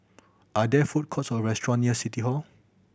are there food courts or restaurant near City Hall